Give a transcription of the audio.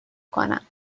کنم